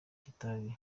kitabi